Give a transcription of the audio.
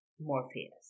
Morpheus